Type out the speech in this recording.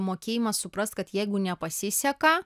mokėjimas suprast kad jeigu nepasiseka